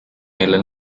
meile